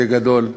בגדול,